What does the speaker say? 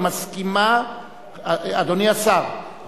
אדוני השר,